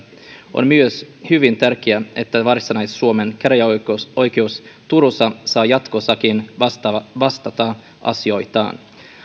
on myös hyvin tärkeää että varsinais suomen käräjäoikeus turussa saa jatkossakin vastata asioistaan